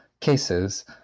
cases